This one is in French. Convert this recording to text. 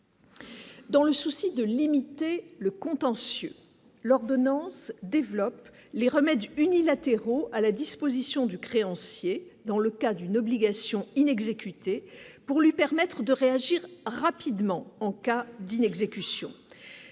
Dans le souci de limiter le contentieux l'ordonnance développe les remèdes unilatéraux à la disposition du créancier, dans le cas d'une obligation in exécutés pour lui permettre de réagir rapidement en cas d'inexécution